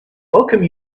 welcome